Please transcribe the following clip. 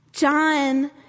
John